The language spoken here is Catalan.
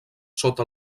sota